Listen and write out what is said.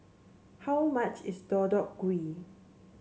how much is Deodeok Gui